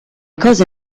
cose